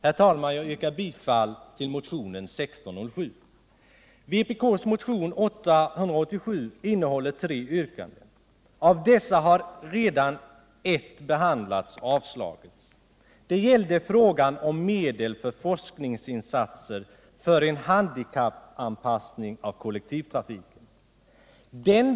Herr talman! Jag yrkar bifall till motionen 1607. Vpk:s motion 887 innehåller tre yrkanden. Av dessa har ett redan behandlats och avslagits av riksdagen. Det gällde frågan om medel för forskningsinsatser för en handikappanpassning av kollektivtrafiken.